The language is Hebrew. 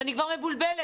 אני כבר מבולבלת,